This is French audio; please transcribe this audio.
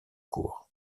cours